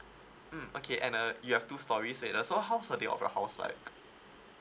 mm okay and uh you have two storey and uh so how's the day of your house like